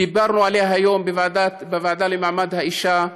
דיברנו עליה היום בוועדה למעמד האישה,